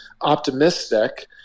optimistic